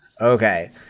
okay